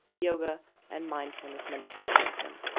yoga and mindfulness meditation with him.